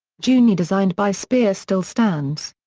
juni designed by speer still stands.